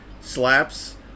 slaps